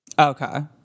Okay